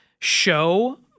show